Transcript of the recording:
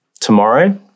Tomorrow